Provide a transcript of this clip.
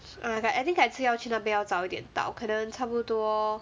uh I think 改次要去那边要早一点到可能差不多